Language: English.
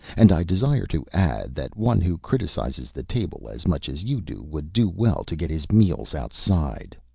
and i desire to add, that one who criticises the table as much as you do would do well to get his meals outside.